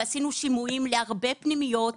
ועשינו שימועים להרבה פנימיות.